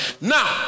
Now